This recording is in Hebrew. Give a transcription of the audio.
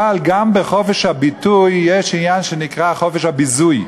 אבל גם בחופש הביטוי יש עניין שנקרא "חופש הביזוי".